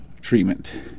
treatment